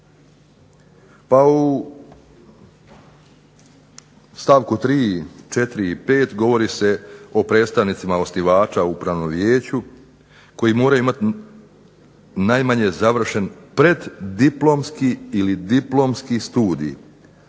pa u stavku 3., 4. i 5. govori se o predstavnicima osnivača upravnom vijeću, koji moraju imati najmanje završen preddiplomski ili diplomski studij,